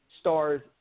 stars